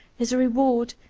his reward,